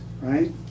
right